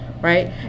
right